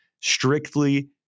strictly